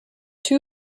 two